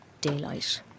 daylight